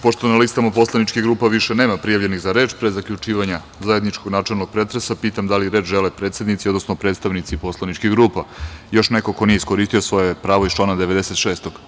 Pošto na listama poslaničkih grupa više nema prijavljenih za reč, pre zaključivanja zajedničkog načelnog pretresa, pitam da li reč žele predsednici odnosno predstavnici poslaničkih grupa ili još neko ko nije iskoristio svoje pravo iz člana 96.